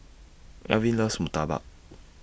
Elvin loves Murtabak